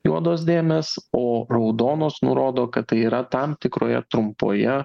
juodos dėmės o raudonos nurodo kad tai yra tam tikroje trumpoje